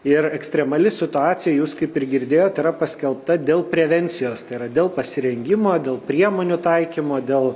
ir ekstremali situacija jūs kaip ir girdėjot yra paskelbta dėl prevencijos tai yra dėl pasirengimo dėl priemonių taikymo dėl